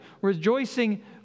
rejoicing